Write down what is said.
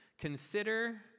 Consider